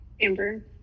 Amber